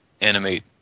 animate